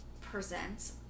presents